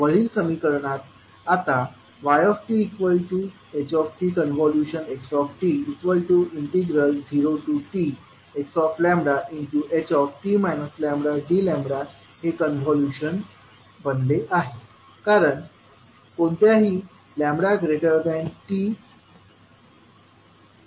वरील समीकरण आता yt ht xt0txht λdλ हे कॉन्व्होल्यूशन बनले आहे कारण कोणत्याही t या व्हॅल्यू साठी हे 0 होईल